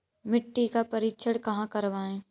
मिट्टी का परीक्षण कहाँ करवाएँ?